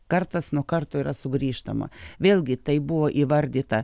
kartas nuo karto yra sugrįžtama vėlgi tai buvo įvardyta